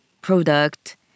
product